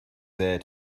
there